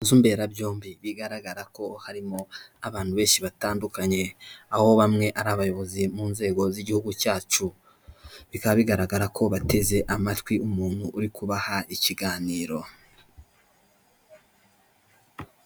Inzu mberabyombi bigaragara ko harimo abantu benshi batandukanye, aho bamwe ari abayobozi mu nzego z'igihugu cyacu, bikaba bigaragara ko bateze amatwi umuntu uri kubaha ikiganiro.